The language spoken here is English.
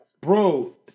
Bro